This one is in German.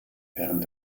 während